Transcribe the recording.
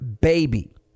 baby